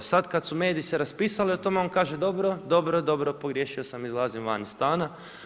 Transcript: Sad kad su mediji se raspisali o tome, on kaže: dobro, dobro, dobro, pogriješio sam, izlazim van iz stana.